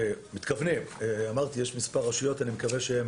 יש כמה רשויות שלא חתמו ואני מקווה שהן